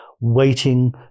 waiting